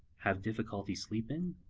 have difficulty sleeping,